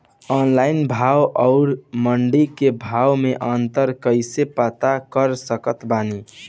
Online भाव आउर मंडी के भाव मे अंतर कैसे पता कर सकत बानी?